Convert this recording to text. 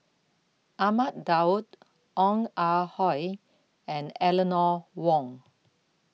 Ahmad Daud Ong Ah Hoi and Eleanor Wong